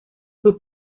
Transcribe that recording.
who